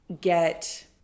get